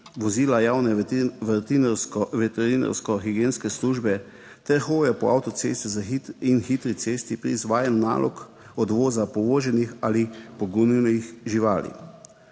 vozila javne veterinarsko higienske službe ter hoje po avtocesti in hitri cesti pri izvajanju nalog odvoza povoženih ali pogumnih živali.